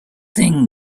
thing